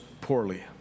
poorly